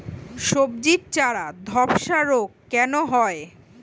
সবজির চারা ধ্বসা রোগ কেন হয়?